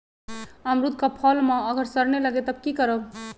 अमरुद क फल म अगर सरने लगे तब की करब?